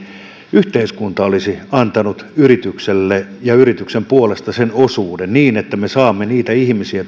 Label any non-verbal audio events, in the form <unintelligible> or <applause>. yhteiskunta olisi antanut yritykselle ja yrityksen puolesta sen osuuden niin että me saamme työmarkkinoille niitä ihmisiä <unintelligible>